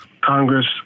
Congress